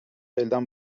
elden